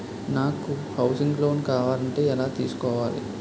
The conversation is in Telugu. నాకు హౌసింగ్ లోన్ కావాలంటే ఎలా తీసుకోవాలి?